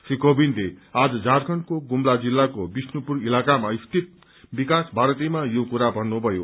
श्री कोविन्दले आज झारखण्डको गुम्ला जिल्लाको विष्णुपुर इलाकामा स्थित विकास भारतीमा यो कुरा भन्नुमयो